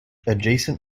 adjacent